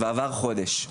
ועבר חודש.